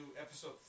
Episode